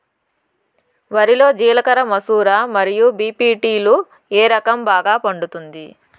వరి లో జిలకర మసూర మరియు బీ.పీ.టీ లు ఏ రకం బాగా పండుతుంది